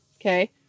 Okay